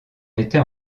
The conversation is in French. était